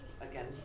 again